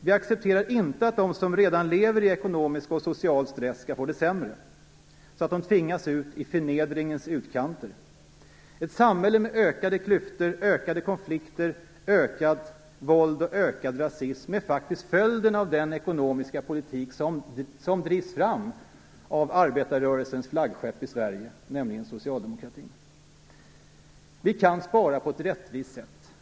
Vi accepterar inte att de som redan lever i ekonomisk och social stress skall få det sämre, så att de tvingas ut i förnedringens utkanter. Ett samhälle med ökade klyftor, ökade konflikter, ökat våld och ökad rasism är följden av den ekonomiska politik som drivs fram av arbetarrörelsens flaggskepp i Sverige, nämligen socialdemokratin.